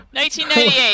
1998